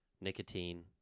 nicotine